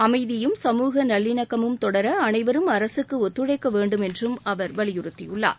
அமைதியும் சமூக நல்லிணக்கமும் தொடர அனைவரும் அரசுக்கு ஒத்துழைக்க வேண்டும் என்றும் அவர் வலியுறுத்தியுள்ளார்